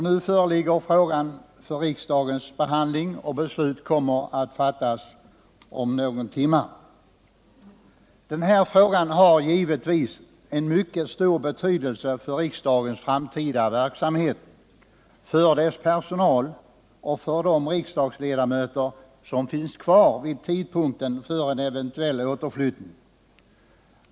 Nu föreligger frågan för riksdagens behandling och beslut kommer att fattas om någon timme. Den här frågan har givetvis en mycket stor betydelse för riksdagens framtida verksamhet, för dess personal och för de riksdagsledamöter som finns kvar vid tidpunkten för en eventuell återflyttning.